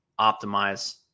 optimize